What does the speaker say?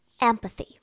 Empathy